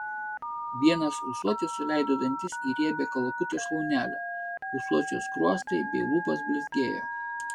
vienas ūsuotis suleido dantis į riebią kalakuto šlaunelę ūsuočio skruostai bei lūpos blizgėjo